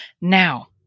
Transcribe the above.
Now